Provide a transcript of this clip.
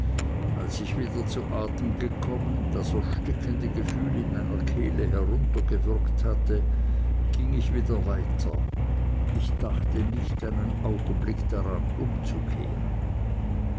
als ich wieder zu atem gekommen das erstickende gefühl in meiner kehle heruntergewürgt hatte ging ich wieder weiter ich dachte nicht einen augenblick daran umzukehren